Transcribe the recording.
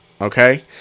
Okay